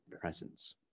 presence